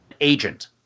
agent